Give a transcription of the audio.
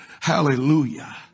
Hallelujah